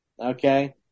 Okay